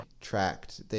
tracked